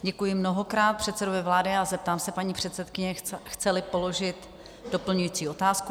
Děkuji mnohokrát předsedovi vlády a zeptám se paní předsedkyně, chceli položit doplňující otázku.